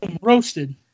Roasted